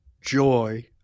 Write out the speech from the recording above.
joy